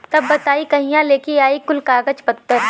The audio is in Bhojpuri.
तब बताई कहिया लेके आई कुल कागज पतर?